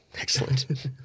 Excellent